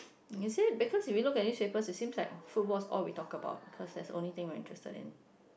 and you say Baccus when we look at newspaper you seem like football all we talk about cause that's only thing we are interested in